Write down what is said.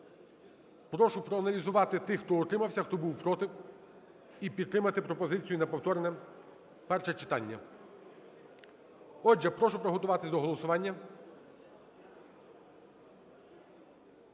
Прошу проаналізувати тих, хто утримався, хто був проти, і підтримати пропозицію на повторне перше читання. Отже, прошу приготуватись до голосування.